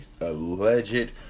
alleged